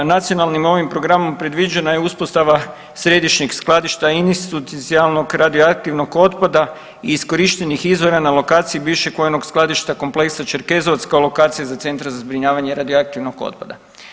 Nacionalnim ovim programom predviđena je uspostava središnjeg skladišta institucionalnog radioaktivnog otpada i iskorištenih izvora na lokaciji bivšeg UN-ovog skladišta kompleksa Čerkezovac kao lokaciji za centar za zbrinjavanje radioaktivnog otpada.